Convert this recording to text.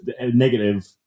negative